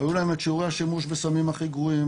היו להם את שיעורי הסמים הכי גרועים,